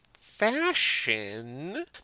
fashion